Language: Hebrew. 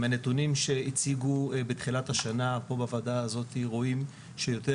הנתונים שהציגו בתחילת השנה פה בוועדה הזאת רואים שיותר